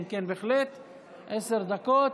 עשר דקות.